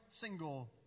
single